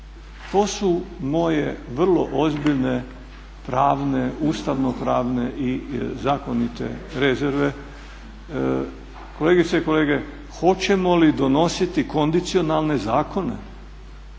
To su moje vrlo ozbiljne pravne, ustavnopravne i zakonite rezerve. Kolegice i kolege, hoćemo li donositi kondicionalne zakone?